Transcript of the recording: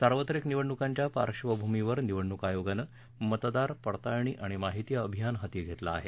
सार्वत्रिक निवडणुकांच्या पार्श्वभूमीवर निवडणुक आयोगानं मतदार पडताळणी आणि माहिती अभियान हाती घेतलं आहे